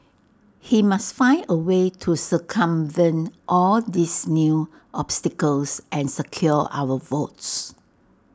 he must find A way to circumvent all these new obstacles and secure our votes